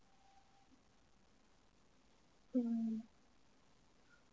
hmm